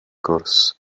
gwrs